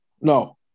No